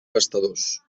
gastadors